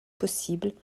possible